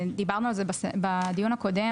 דיברנו על זה בדיון הקודם,